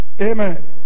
Amen